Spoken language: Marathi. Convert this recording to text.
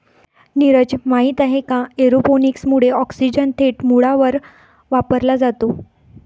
नीरज, माहित आहे का एरोपोनिक्स मुळे ऑक्सिजन थेट मुळांवर वापरला जातो